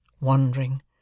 wandering